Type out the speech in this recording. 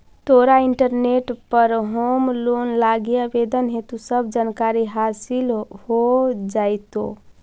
तोरा इंटरनेट पर home loan लागी आवेदन हेतु सब जानकारी हासिल हो जाएतो